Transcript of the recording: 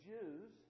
Jews